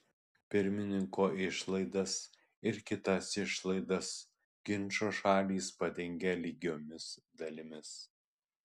pirmininko išlaidas ir kitas išlaidas ginčo šalys padengia lygiomis dalimis